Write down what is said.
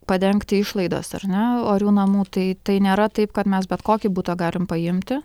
padengti išlaidas ar ne orių namų tai tai nėra taip kad mes bet kokį butą galim paimti